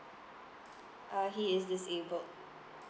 uh he is disabled